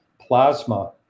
plasma